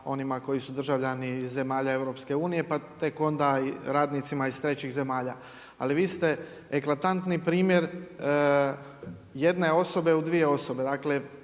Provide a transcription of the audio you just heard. onima koji su državljani zemalja EU, pa tek onda radnicima iz trećih zemalja. Ali vi ste eklatantni primjer jedne osobe u dvije osobe.